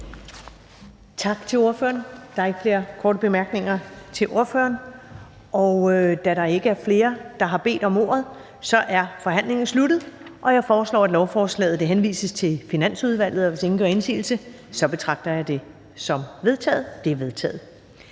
Tak til ordføreren. Der er ikke flere korte bemærkninger til ordføreren. Da der ikke er flere, der har bedt om ordet, er forhandlingen sluttet. Jeg foreslår, at lovforslaget henvises til Finansudvalget. Hvis ingen gør indsigelse, betragter jeg det som vedtaget Det er vedtaget.